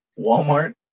Walmart